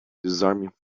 disarming